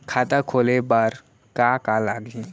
खाता खोले बार का का लागही?